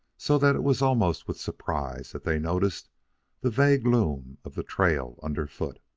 so that it was almost with surprise that they noticed the vague loom of the trail underfoot.